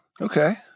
Okay